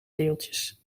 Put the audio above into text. deeltjes